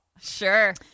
Sure